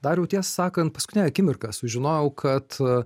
dariau tiesą sakant paskutinę akimirką sužinojau kad